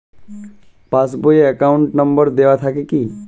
Pass বই এ account number দেওয়া থাকে কি?